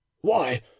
Why